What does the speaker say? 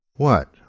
What